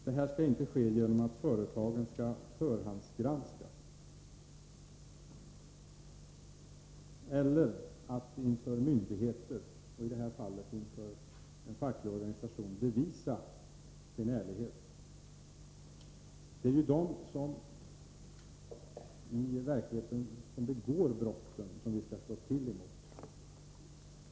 Det skall inte ske genom att företagen förhandsgranskas eller tvingas att inför myndigheter, och i detta fall inför en facklig organisation, bevisa sin ärlighet. Det är ju de som i verkligheten begår brott som vi skall slå till mot.